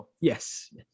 Yes